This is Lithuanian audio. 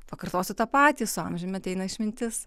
pakartosiu tą patį su amžiumi ateina išmintis